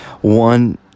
one